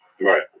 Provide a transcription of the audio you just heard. right